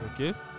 Okay